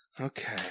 Okay